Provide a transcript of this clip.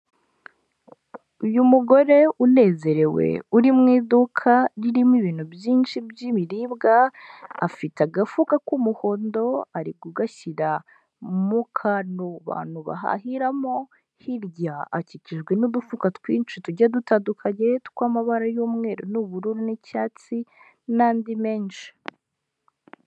Uyu mugore unezerewe uri mu iduka ririmo ibintu byinshi by'biribwa, afite agafuka k'umuhondo ari kugashyira mu kantu abantu bahahiramo, hirya akikijwe n'udufuka twinshi tujya dutanduka twamabara y'umweru, n'ubururu, n'icyatsi n'andi menshi.